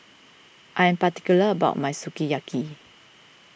I am particular about my Sukiyaki